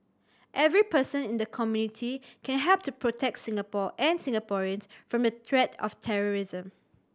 every person in the community can help to protect Singapore and Singaporeans from the threat of terrorism